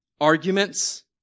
arguments